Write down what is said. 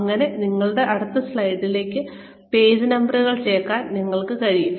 അങ്ങനെ നിങ്ങളുടെ സ്ലൈഡുകളിലേക്ക് പേജ് നമ്പറുകൾ ചേർക്കാൻ നിങ്ങൾക്ക് കഴിയും